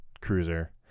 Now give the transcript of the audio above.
cruiser